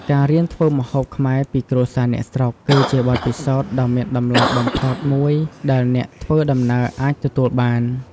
ការរៀនធ្វើម្ហូបខ្មែរពីគ្រួសារអ្នកស្រុក គឺជាបទពិសោធន៍ដ៏មានតម្លៃបំផុតមួយដែលអ្នកធ្វើដំណើរអាចទទួលបាន។